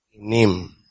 Name